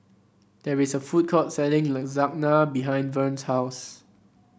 there is a food court selling Lasagna behind Vern's house